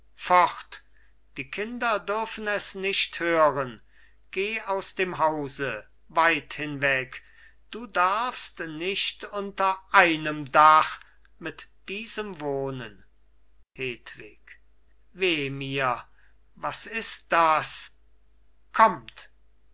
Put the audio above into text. fort die kinder dürfen es nicht hören geh aus dem hause weit hinweg du darfst nicht unter einem dach mit diesem wohnen hedwig weh mir was ist das kommt